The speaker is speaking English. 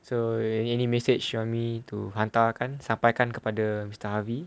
so any message you want me to hantarkan sampaikan kepada mister havi